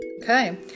Okay